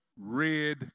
red